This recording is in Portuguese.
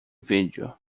vídeo